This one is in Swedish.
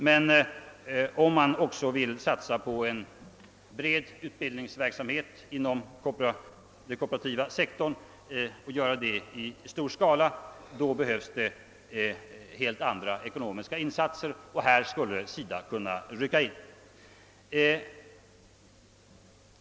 Men om man också vill satsa på en bred utbildningsverksamhet inom den kooperativa sektorn behövs det helt andra ekonomiska insatser, och där skulle SIDA kunna rycka in.